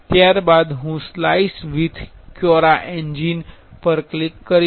ત્યારબાદ હું slice with Cura engine પર ક્લિક કરીશ